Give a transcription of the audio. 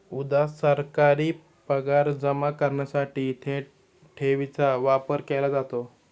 उदा.सरकारी पगार जमा करण्यासाठी थेट ठेवीचा वापर केला जातो